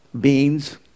Beans